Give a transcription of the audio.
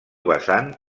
vessant